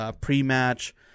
pre-match